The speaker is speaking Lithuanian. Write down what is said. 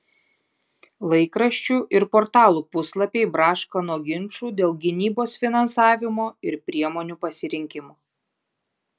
laikraščių ir portalų puslapiai braška nuo ginčų dėl gynybos finansavimo ir priemonių pasirinkimo